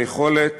היכולת,